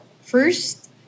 First